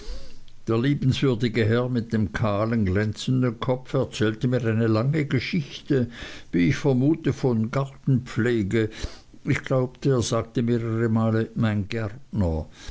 der liebenswürdige herr mit dem kahlen glänzenden kopf erzählte mir eine lange geschichte wie ich vermute von gartenpflege ich glaube er sagte mehrere male mein gärtner